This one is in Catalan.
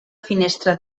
finestra